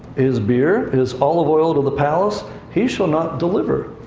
his beer, his olive oil to the palace he shall not deliver.